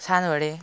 सानो बडे